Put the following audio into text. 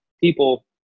people